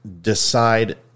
decide